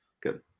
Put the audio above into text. Good